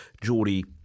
Geordie